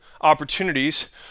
opportunities